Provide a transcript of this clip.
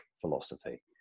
philosophy